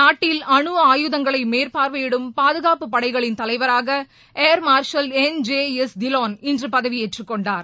நாட்டில் அணு ஆயுதங்களை மேற்பார்வையிடும் பாதுகாப்புப் படைகளின் தலைவராக air marshal N J S Dhillon இன்று பதவியேற்றுக் கொண்டார்